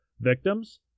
Victims